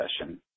session